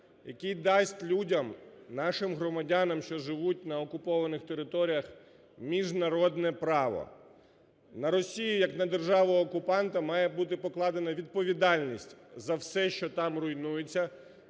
який дасть людям, нашим громадянам, які живуть на окупованих територіях, міжнародне право. На Росію як на державу-окупанта має бути покладена відповідальність за все, що там руйнується